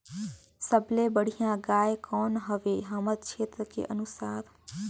सबले बढ़िया गाय कौन हवे हमर क्षेत्र के अनुसार?